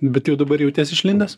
bet jau dabar jauties išlindęs